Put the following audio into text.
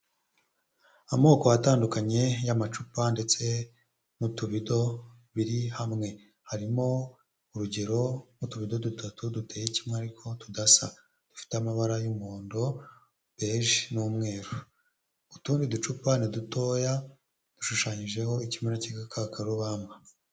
Amoko atandukanye y'amacupa ndetse n'utubido biri hamwe, harimo urugero n'utubido dutatu duteye kimwe ariko tudasa, dufite amabara y'umuhondo beje n'umweru, utundi ducupa ni dutoya dushushanyijeho ikimera cy'igikakarubamba.